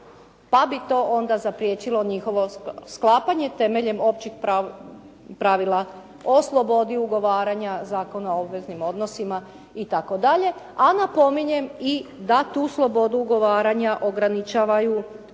pa bi to onda zapriječilo njihovo sklapanje temeljem općih pravila o slobodi ugovaranja Zakona o obveznim odnosima itd. a napominjem da i tu slobodu ugovaranja ograničavaju